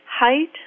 height